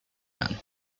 man